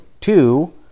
two